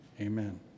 Amen